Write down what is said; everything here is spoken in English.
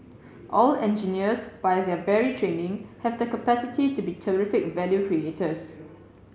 all engineers by their very training have the capacity to be terrific value creators